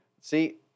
See